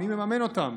מי מממן אותם.